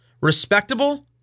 Respectable